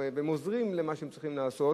והם עוזרים במה שהם צריכים לעשות,